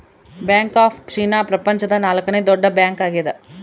bank of China ಪ್ರಪಂಚದ ನಾಲ್ಕನೆ ದೊಡ್ಡ ಬ್ಯಾಂಕ್ ಆಗ್ಯದ